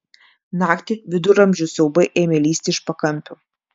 naktį viduramžių siaubai ėmė lįsti iš pakampių